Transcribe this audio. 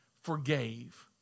forgave